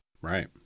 right